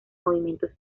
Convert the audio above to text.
movimientos